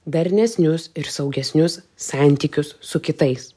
darnesnius ir saugesnius santykius su kitais